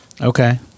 okay